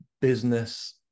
business